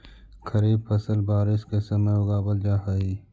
खरीफ फसल बारिश के समय उगावल जा हइ